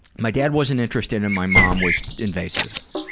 my dad wasn't interested and my mom was invasive,